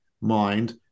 mind